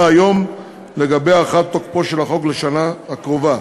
היום לגבי הארכת תוקפו של החוק לשנה הקרובה.